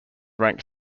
ranked